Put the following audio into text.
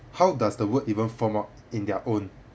how does the word even form up in their own